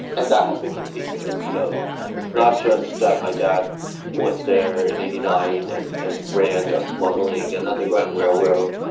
and that has been continuous. you know it's not just my dad was there in eighty nine and and ran the smuggling an underground railroad.